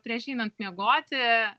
prieš einant miegoti